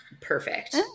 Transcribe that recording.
Perfect